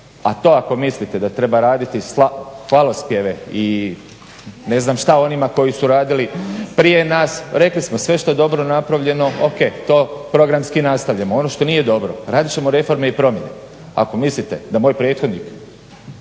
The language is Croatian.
A to ako mislite da treba raditi hvalospjeve i ne znam šta onima koji su radili prije nas, rekli smo sve što je dobro napravljeno, ok, to programski nastavljamo. Ono što nije dobro radit ćemo reforme i promjene. Ako mislite da moj prethodnik